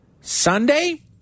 Sunday